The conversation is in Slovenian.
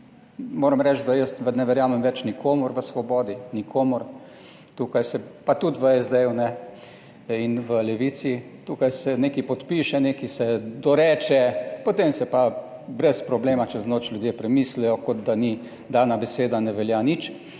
moram reči, da jaz ne verjamem več nikomur v Svobodi, nikomur, pa tudi v SD ne in v Levici – tukaj se nekaj podpiše, nekaj se doreče, potem si pa brez problema čez noč ljudje premislijo kot da ni dana beseda, ne velja nič.